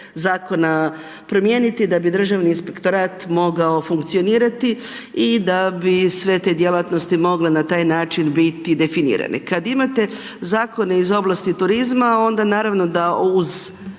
zakona promijeniti da bi Državni inspektorat mogao funkcionirati i da bi sve te djelatnosti, mogle na taj način biti definirane. Kada imate zakone iz oblasti turizma, onda naravno, da uz